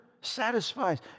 satisfies